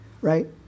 Right